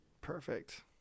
Perfect